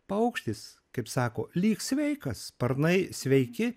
paukštis kaip sako lyg sveikas sparnai sveiki